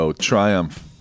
triumph